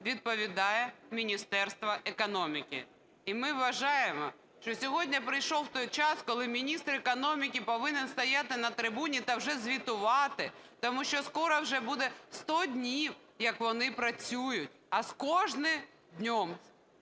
відповідає Міністерство економіки, і ми вважаємо, що сьогодні прийшов той час, коли міністр економіки повинен стояти на трибуні та вже звітувати, тому що скоро вже буде 100 днів, як вони працюють, а з кожним днем